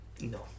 No